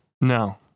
No